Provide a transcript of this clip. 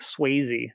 Swayze